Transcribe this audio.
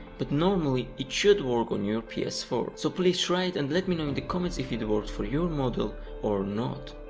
but normally, it should work on your playstation four. so please try it and let me know in the comments if it worked for your model or not.